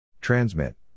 Transmit